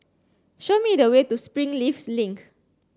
show me the way to Springleafs Link